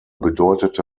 bedeutete